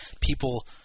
people